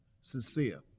sincere